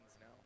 now